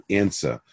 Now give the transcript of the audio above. answer